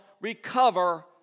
recover